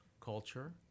culture